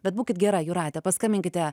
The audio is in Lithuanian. bet būkit gera jūrate paskambinkite